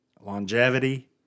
longevity